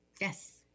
Yes